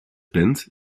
bent